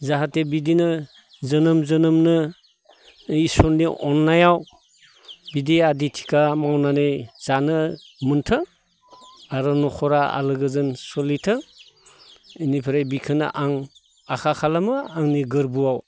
जाहाथे बिदिनो जोनोम जोनोमनो इसोरनि अननायाव बिदि आदि थिखा मावनानै जानो मोन्थों आरो न'खरा आलो गोजोन सोलिथों इनिफ्राय बिखोनो आं आखा खालामो आंनि गोरबोआव